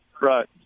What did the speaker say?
Right